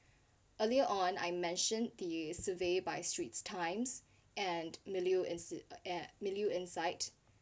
earlier on I mention the survey by straits times and milieu and s~ uh milieu insight